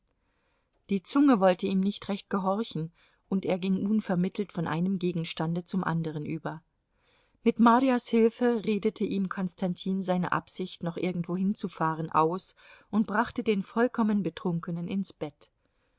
die zunge wollte ihm nicht recht gehorchen und er ging unvermittelt von einem gegenstande zum anderen über mit marjas hilfe redete ihm konstantin seine absicht noch irgendwohin zu fahren aus und brachte den vollkommen betrunkenen ins bett